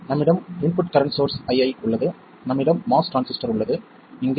நம்மிடம் input current source ii உள்ளது நம்மிடம் MOS டிரான்சிஸ்டர் உள்ளது இங்கே